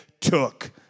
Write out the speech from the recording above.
took